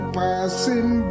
passing